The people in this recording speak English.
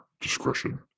discretion